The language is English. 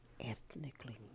ethnically